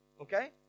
Okay